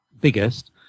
biggest